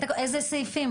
איזה סעיפים?